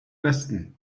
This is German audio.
westen